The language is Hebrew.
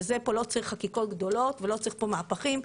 וזה פה לא צריך חקיקות גדולות ולא צריך פה מהפכים.